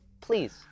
Please